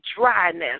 dryness